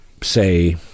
say